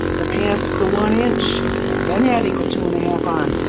the pants the one-inch then adding the two and a half on.